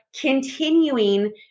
continuing